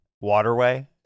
Waterway